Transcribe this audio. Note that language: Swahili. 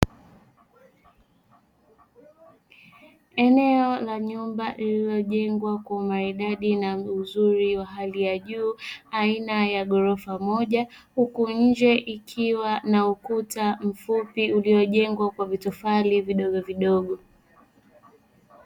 Eneo la nyumba lililojengwa kwa umalidadi na uzuri wa hali ya juu aina ya ghorofa moja huku nje ikiwa na ukuta mfupi uliojengwa na vitofali vidogovidogo.